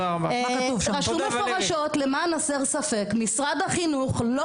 רשום מפורשות: "למען הסר ספק משרד החינוך לא